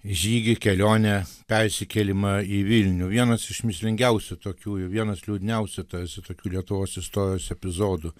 žygį kelionę persikėlimą į vilnių vienas iš mįslingiausių tokių vienas liūdniausių tarsi tokių lietuvos istorijos epizodų